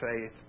faith